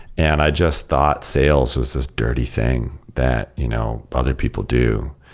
and i just thought sales was this dirty thing that you know other people do.